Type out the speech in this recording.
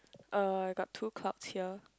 uh got two clouds here